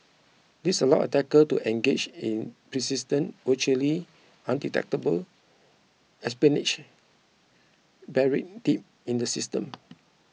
this allows attackers to engage in persistent virtually undetectable espionage buried deep in the system